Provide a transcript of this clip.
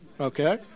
okay